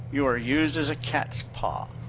you were used as a cat's paw.